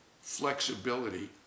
flexibility